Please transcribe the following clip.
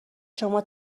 شما